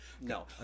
No